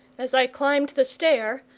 as i climbed the stair,